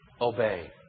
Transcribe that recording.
Obey